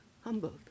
humbled